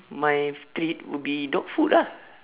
my treat would be dog food ah